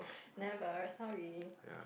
never sorry